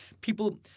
People